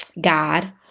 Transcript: God